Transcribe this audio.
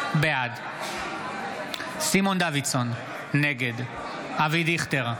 בעד סימון דוידסון, נגד אבי דיכטר,